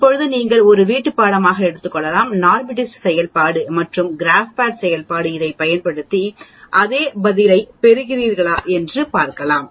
இப்போது நீங்கள் ஒரு வீட்டுப்பாடமாக எடுத்துக்கொள்ளலாம் NORMSDIST செயல்பாடு மற்றும் கிராப் பேட் செயல்பாடு இதைப் பயன்படுத்தி அதே பதிலைப் பெறுகிறீர்களா என்று பார்க்கலாம்